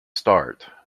start